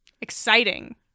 Exciting